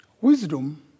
Wisdom